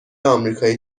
آمریکایی